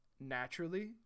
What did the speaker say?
naturally